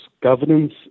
governance